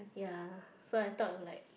ya so I thought like